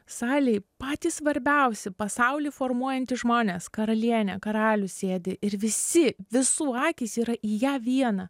salėj patys svarbiausi pasaulį formuojantys žmonės karalienė karalius sėdi ir visi visų akys yra į ją vieną